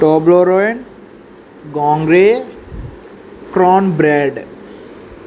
Toblerone గంగ్రే corn bread